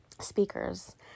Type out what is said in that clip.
speakers